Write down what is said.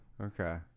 Okay